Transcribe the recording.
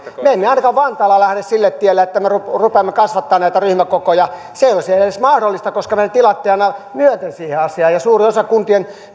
me emme ainakaan vantaalla lähde sille tielle että me rupeamme rupeamme kasvattamaan näitä ryhmäkokoja se ei olisi edes mahdollista koska meidän tilamme eivät anna myöten siihen asiaan ja suurella osalla kuntien